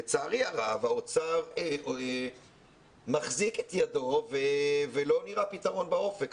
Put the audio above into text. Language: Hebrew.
לצערי הרב האוצר מחזיק את ידו ולא נראה פתרון באופק.